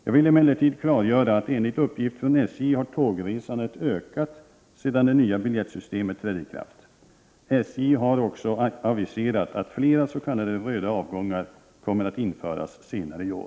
Jag vill emellertid klargöra att tågresandet enligt uppgift från SJ har ökat sedan det nya biljettsystemet trädde i kraft. SJ har också aviserat att fler s.k. röda avgångar kommer att införas senare i år.